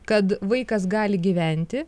kad vaikas gali gyventi